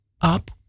up